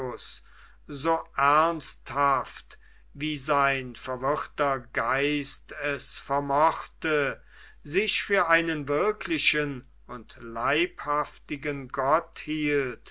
so ernsthaft wie sein verwirrter geist es vermochte sich für einen wirklichen und leibhaftigen gott